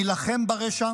נילחם ברשע